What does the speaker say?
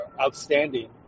outstanding